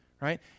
right